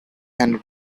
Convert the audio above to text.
and